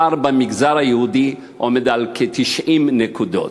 הפער במגזר היהודי עומד על כ-90 נקודות.